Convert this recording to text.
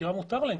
חקירה מותר להם.